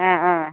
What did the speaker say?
অ অ